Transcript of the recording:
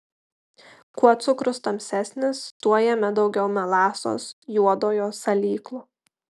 kuo cukrus tamsesnis tuo jame daugiau melasos juodojo salyklo